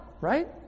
right